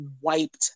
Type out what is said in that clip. wiped